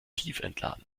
tiefentladen